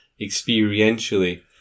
experientially